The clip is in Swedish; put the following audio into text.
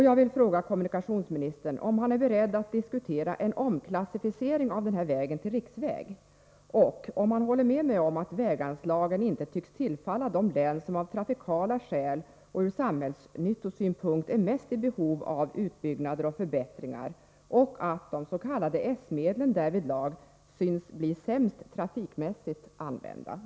Jag vill fråga kommunikationsministern om han är beredd att diskutera en omklassificering av den här vägen till riksväg och om han håller med mig om att väganslagen inte tycks tillfalla de län som av trafikskäl och ur samhällsnyttosynpunkt har största behovet av utbyggnader och förbättringar samt om inte de s.k. S-medlen härvidlag ur trafiksynpunkt synes få den sämsta användningen.